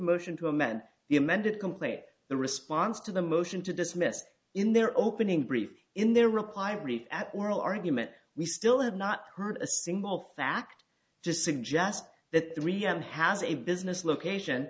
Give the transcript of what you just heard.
motion to amend the amended complaint the response to the motion to dismiss in their opening brief in their reply brief at oral argument we still have not heard a single fact to suggest that the rian has a business location